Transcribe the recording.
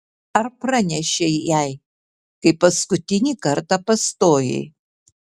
ar pranešei jai kai paskutinį kartą pastojai